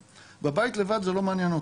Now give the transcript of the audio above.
בבית לבד זה לא מעניין אותם.